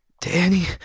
Danny